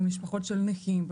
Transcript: משפחות של נכים,